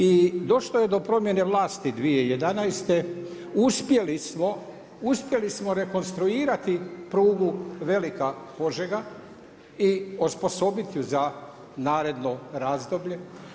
I došlo je do promjene vlasti 2011., uspjeli smo, uspjeli smo rekonstruirati prugu Velika Požega i osposobiti ju za naredno razdoblje.